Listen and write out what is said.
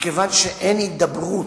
מכיוון שאין הידברות,